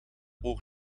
oog